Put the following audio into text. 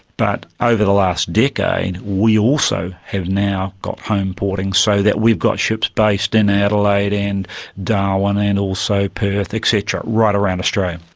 but over the last decade, we also have now got home porting, so that we've got ships based in adelaide and darwin and also perth, et cetera, right around australia.